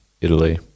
Italy